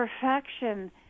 Perfection